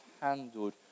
handled